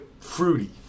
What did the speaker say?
Fruity